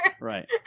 Right